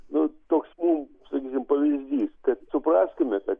nu toks mum sakykim pavyzdys kad suprastumėte